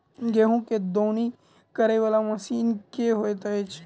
गेंहूँ केँ दौनी करै वला मशीन केँ होइत अछि?